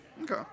Okay